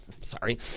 Sorry